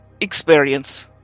experience